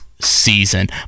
season